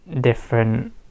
different